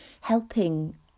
helping